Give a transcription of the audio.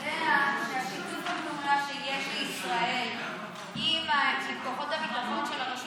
יודע ששיתוף הפעולה שיש לישראל עם כוחות הביטחון של הרשות